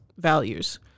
values